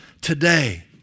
today